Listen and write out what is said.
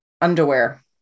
underwear